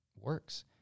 works